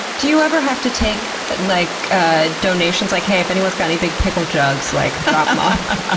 do you ever have to take like ah donations? like, hey, if anyone's got any big pickle jugs, like drop em ah ah